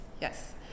yes